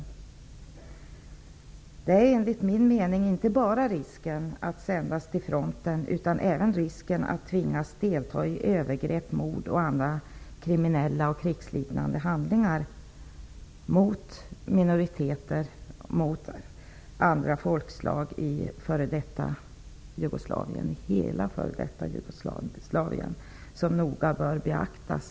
Vid asylprövning bör enligt min mening noga beaktas inte bara risken att vederbörande sänds till fronten utan även risken att de tvingas delta i övergrepp, mord och andra kriminella och krigsliknande handlingar mot minoriteter och mot andra folkslag i hela f.d. Jugoslavien.